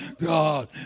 God